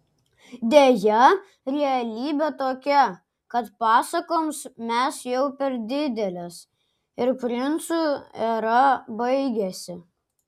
deja realybė tokia kad pasakoms mes jau per didelės ir princų era baigėsi